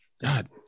God